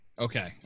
okay